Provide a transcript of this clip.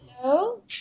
Hello